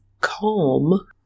calm